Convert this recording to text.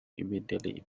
immediately